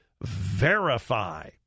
Verify